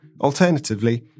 alternatively